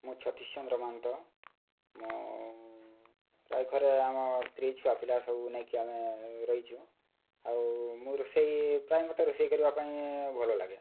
ମୁଁ ଛତିଶ ଚନ୍ଦ୍ର ମହନ୍ତ ମୁଁ ପ୍ରାୟ ଘରେ ଆମ ସ୍ତ୍ରୀ ଛୁଆପିଲା ସବୁ ନେଇକି ଆମେ ରହିଛୁ ଆଉ ମୁଁ ରୋଷେଇ ପ୍ରାୟ ମୋତେ ରୋଷେଇ କରିବା ପାଇଁ ଭଲ ଲାଗେ